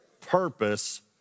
purpose